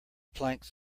planks